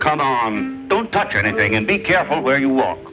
on don't touch anything and be careful where you walk